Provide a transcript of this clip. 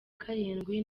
karindwi